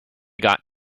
got